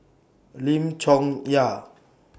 Lim Chong Yah